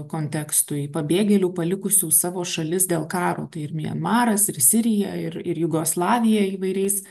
kontekstui pabėgėlių palikusių savo šalis dėl karo tai ir mianmaras ir sirija ir ir jugoslavija įvairiais